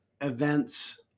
events